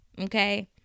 okay